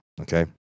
okay